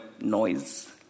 noise